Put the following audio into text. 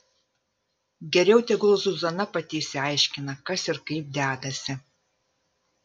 geriau tegul zuzana pati išsiaiškina kas ir kaip dedasi